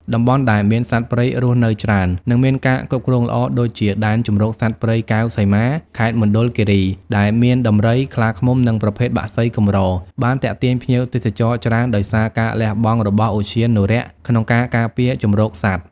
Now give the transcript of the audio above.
តំបន់ដែលមានសត្វព្រៃរស់នៅច្រើន និងមានការគ្រប់គ្រងល្អ ដូចជា ដែនជម្រកសត្វព្រៃកែវសីមា ខេត្តមណ្ឌលគិរី ដែលមានដំរី ខ្លាឃ្មុំ និងប្រភេទបក្សីកម្រ បានទាក់ទាញភ្ញៀវទេសចរច្រើន ដោយសារការលះបង់របស់ឧទ្យានុរក្សក្នុងការការពារជម្រកសត្វ។